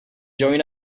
join